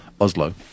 Oslo